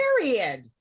period